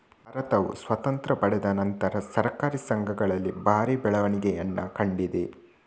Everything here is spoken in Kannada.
ಭಾರತವು ಸ್ವಾತಂತ್ರ್ಯ ಪಡೆದ ನಂತರ ಸಹಕಾರಿ ಸಂಘಗಳಲ್ಲಿ ಭಾರಿ ಬೆಳವಣಿಗೆಯನ್ನ ಕಂಡಿದೆ